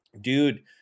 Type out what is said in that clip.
dude